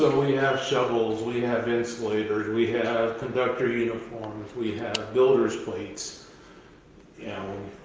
ah we have shovels, we have insulators, we have conductor uniforms, we have builders plates, you know,